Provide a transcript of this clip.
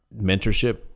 mentorship